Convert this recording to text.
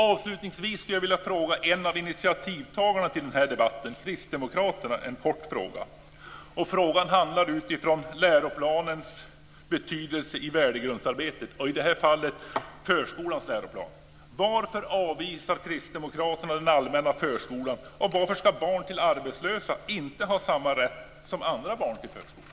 Avslutningsvis skulle jag till initiativtagarna till den här debatten, kristdemokraterna, vilja ställa en kort fråga utifrån förskolans läroplans betydelse i värdegrundsarbetet: Varför avvisar kristdemokraterna den allmänna förskolan, och varför ska barn till arbetslösa inte ha samma rätt som andra barn till förskola?